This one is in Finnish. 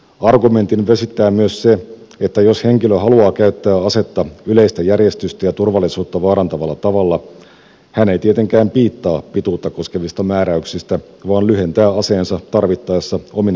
argumentin vesittää myös se että jos henkilö haluaa käyttää asetta yleistä järjestystä ja turvallisuutta vaarantavalla tavalla hän ei tietenkään piittaa pituutta koskevista määräyksistä vaan lyhentää aseensa tarvittaessa omine lupinensa